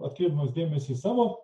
atkreipdamas dėmesį į savo